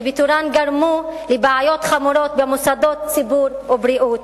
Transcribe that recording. שבתורן גרמו לבעיות חמורות במוסדות ציבור ובריאות.